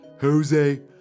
Jose